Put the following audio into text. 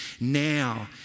now